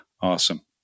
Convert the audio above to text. awesome